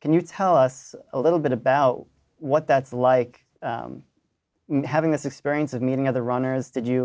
can you tell us a little bit about what that's like having this experience of meeting other runners did you